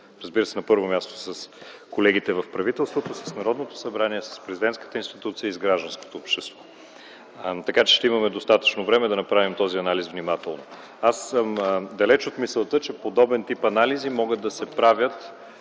споделен, на първо място, с колегите в правителството, с Народното събрание, с президентската институция и с гражданското общество, така че ще имаме достатъчно време да направим този анализ внимателно. Далеч съм от мисълта, че подобен тип анализи могат да се правят